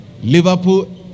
Liverpool